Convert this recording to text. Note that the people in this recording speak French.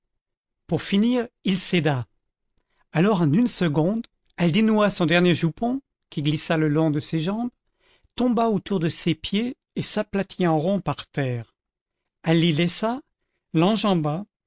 pour finir il céda alors en une seconde elle dénoua son dernier jupon qui glissa le long de ses jambes tomba autour de ses pieds et s'aplatit en rond par terre elle l'y laissa l'enjamba